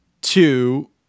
two